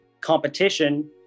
competition